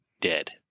dead